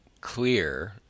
clear